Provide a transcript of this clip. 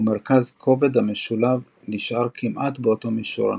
ומרכז הכובד המשולב נשאר כמעט באותו מישור אנכי.